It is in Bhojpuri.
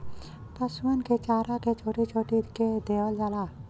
पसुअन क चारा के छोट्टी छोट्टी कै देवल जाला